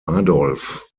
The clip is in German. adolf